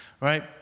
right